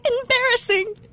embarrassing